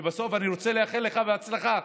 ובסוף אני רוצה לאחל לך הצלחה.